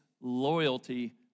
loyalty